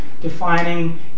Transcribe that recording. defining